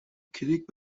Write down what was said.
کلیک